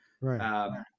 Right